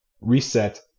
reset